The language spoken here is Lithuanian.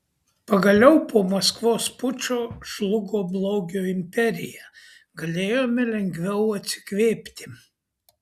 pagaliau po maskvos pučo žlugo blogio imperija galėjome lengviau atsikvėpti